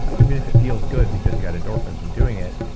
ah even if it feels good because you got endorphins from doing it.